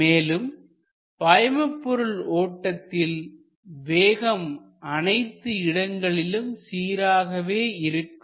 மேலும் பாய்மபொருள் ஓட்டத்தில் வேகம் அனைத்து இடங்களிலும் சீராகவே அமையும்